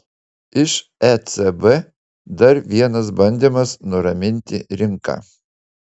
iš ecb dar vienas bandymas nuraminti rinką